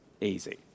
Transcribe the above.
easy